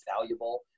valuable